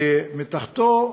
מתחתיו,